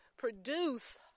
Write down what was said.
produce